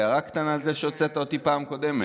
הערה קטנה על זה שהוצאת אותי פעם קודמת,